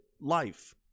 life